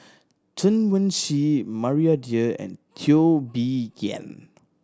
Chen Wen Hsi Maria Dyer and Teo Bee Yen